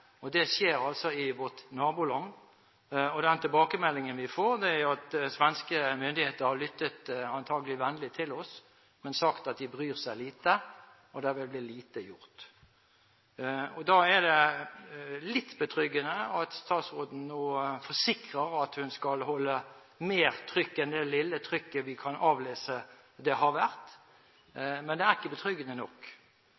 og det skjer i vårt naboland. Den tilbakemeldingen vi får derfra, er at svenske myndigheter antakelig har lyttet vennlig til oss, men sagt at de bryr seg lite, og lite vil bli gjort. Da er det litt betryggende at statsråden nå forsikrer oss om at hun skal holde mer trykk enn det lille trykket vi kan avlese at har vært,